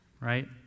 right